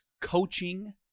coaching